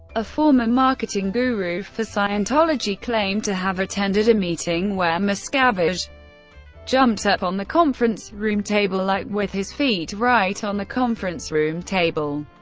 a former marketing guru for scientology, claimed to have attended a meeting where miscavige jumped up on the conference room table, like with his feet right on the conference room table,